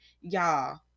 Y'all